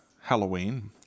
Halloween